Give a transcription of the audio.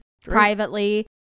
privately